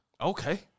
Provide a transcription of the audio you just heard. Okay